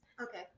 Okay